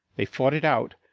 they fought it out,